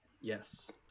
yes